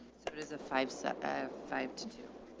so it is a five sets of five to two.